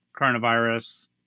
coronavirus